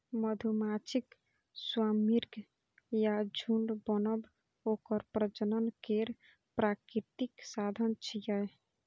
मधुमाछीक स्वार्मिंग या झुंड बनब ओकर प्रजनन केर प्राकृतिक साधन छियै